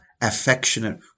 affectionate